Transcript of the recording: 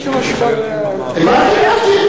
הבנתי.